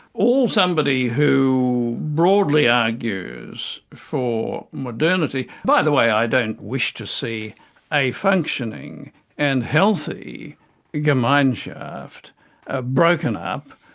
all somebody who broadly argues for modernity by the way i don't wish to see a functioning and healthy gemeinschaft ah broken up,